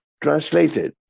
Translated